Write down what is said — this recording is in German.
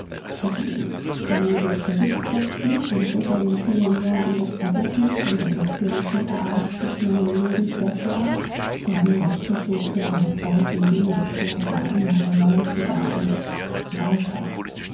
vergebens der nebel zerriß plötzlich und unter den vielen jahren des vergessens unter dem stürmischen chaos des neuen lebens hervor drang das echo ferner zeiten immer stärker immer gewaltiger und lauter